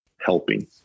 helping